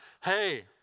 hey